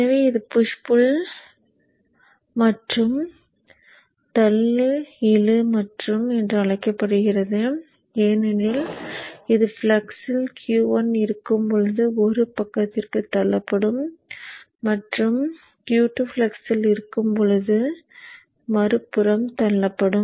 எனவே இது push pull push மற்றும் புள் என அழைக்கப்படுகிறது ஏனெனில் இது ஃப்ளக்ஸில் Q 1 இருக்கும்போது ஒரு பக்கத்திற்குத் தள்ளப்படும் மற்றும் Q 2 ஃப்ளக்ஸில் இருக்கும்போது மறுபுறம் தள்ளப்படும்